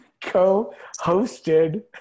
Co-hosted